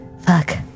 fuck